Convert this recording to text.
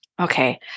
Okay